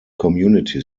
community